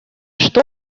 что